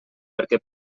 perquè